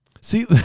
See